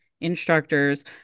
instructors